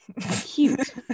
cute